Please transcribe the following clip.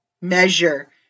measure